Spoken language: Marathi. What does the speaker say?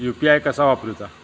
यू.पी.आय कसा वापरूचा?